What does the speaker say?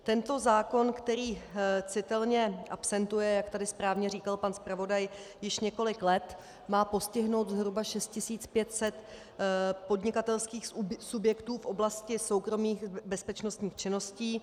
Tento zákon, který citelně absentuje, jak tady správně říkal pan zpravodaj, již několik let, má postihnout zhruba 6 500 podnikatelských subjektů v oblasti soukromých bezpečnostních činností.